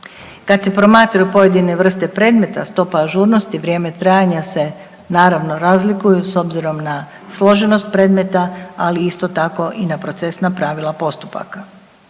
Kad se promatraju pojedine vrste predmeta stopa ažurnosti vrijeme trajanja se naravno razlikuju s obzirom na složenost predmeta, ali isto tako i na procesna pravila postupaka.